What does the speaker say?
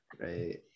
right